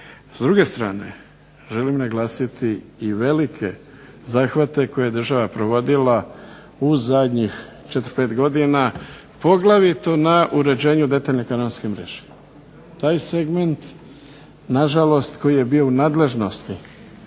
S druge strane, želim naglasiti i velike zahvate koje je država provodila u zadnjih 4, 5 godina poglavito na uređenju detaljne kanalske mreže. Taj segment nažalost koji je bio u nadležnosti